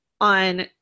on